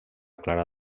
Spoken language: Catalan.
clara